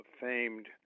famed